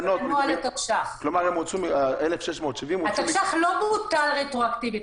כלומר 1,670 הוצאו --- התקש"ח לא בוטל רטרואקטיבית,